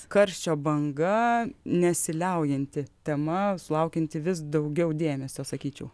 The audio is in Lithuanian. karščio banga nesiliaujanti tema sulaukianti vis daugiau dėmesio sakyčiau